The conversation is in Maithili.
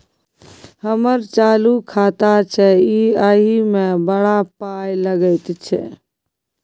हमर चालू खाता छै इ एहि मे बड़ पाय लगैत छै